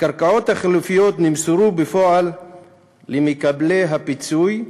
הקרקעות החלופיות נמסרו בפועל למקבלי הפיצוי,